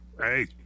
hey